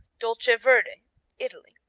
dolce verde italy